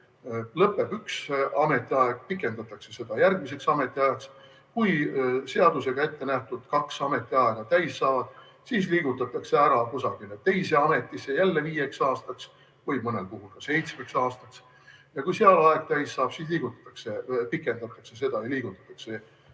Lõpeb üks ametiaeg, pikendatakse seda järgmiseks ametiajaks. Kui seadusega ettenähtud kaks ametiaega täis saavad, siis liigutatakse ära kusagile teise ametisse, jälle viieks aastaks või mõnel puhul seitsmeks aastaks, ja kui seal aeg täis saab, siis pikendatakse seda ja liigutakse